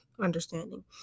understanding